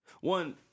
one